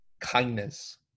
kindness